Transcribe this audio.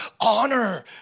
honor